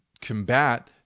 combat